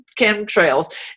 chemtrails